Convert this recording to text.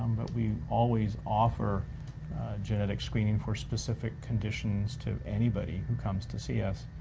um but we always offer genetic screening for specific conditions to anybody who comes to see us,